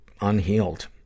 unhealed